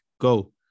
Go